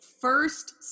first